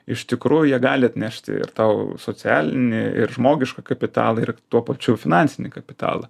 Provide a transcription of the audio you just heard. iš tikrųjų jie gali atnešti ir tau socialinį ir žmogišką kapitalą ir tuo pačiu finansinį kapitalą